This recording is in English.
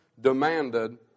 demanded